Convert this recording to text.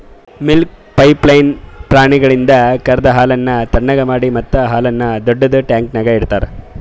milk pipeline ಪ್ರಾಣಿಗಳಿಂದ ಕರೆದ ಹಾಲನ್ನು ಥಣ್ಣಗ್ ಮಾಡಿ ಮತ್ತ ಹಾಲನ್ನು ದೊಡ್ಡುದ ಟ್ಯಾಂಕ್ನ್ಯಾಗ್ ಇಡ್ತಾರ